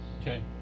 okay